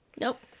Nope